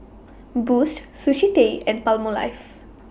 Boost Sushi Tei and Palmolive